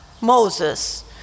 Moses